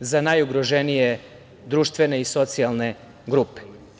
za najugroženije društvene i socijalne grupe.